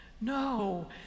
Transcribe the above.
No